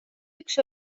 üks